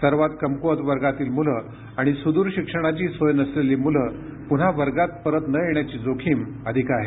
सर्वात कमकुवत वर्गातील मुलं आणि सुदूर शिक्षणाची सोय नसलेली मुलं पुन्हा वर्गात परत न येण्याची जोखीम अधिक आहे